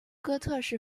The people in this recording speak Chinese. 哥特式